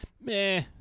Meh